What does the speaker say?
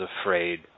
afraid